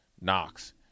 Knox